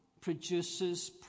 produces